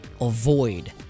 Avoid